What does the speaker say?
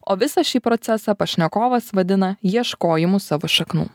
o visą šį procesą pašnekovas vadina ieškojimu savo šaknų